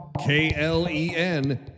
K-L-E-N